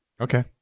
Okay